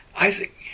isaac